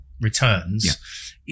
returns